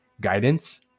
guidance